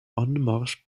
anmarsch